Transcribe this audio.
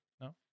no